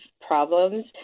problems